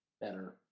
better